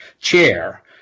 chair